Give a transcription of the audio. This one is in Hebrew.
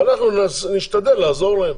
ואנחנו נשתדל לעזור להם.